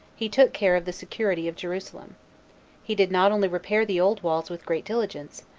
he took care of the security of jerusalem he did not only repair the old walls with great diligence,